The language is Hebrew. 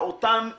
באותם כמיליון,